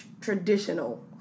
traditional